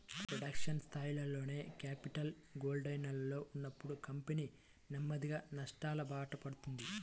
production స్థాయిలోనే capital గోడౌన్లలో ఉన్నప్పుడు కంపెనీ నెమ్మదిగా నష్టాలబాట పడతది